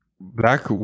black